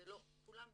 זה כולם ביחד.